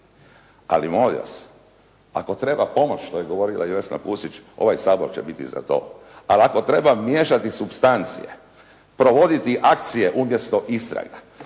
Ali molim vas ako treba pomoći što je govorila i Vesna Pusić, ovaj Sabor će biti za to. Ali ako treba miješati supstancije, provoditi akcije umjesto istraga,